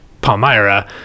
palmyra